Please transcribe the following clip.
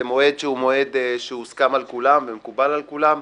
מועד שהוסכם על כולם ומקובל על כולם.